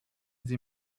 sie